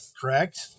correct